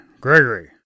Gregory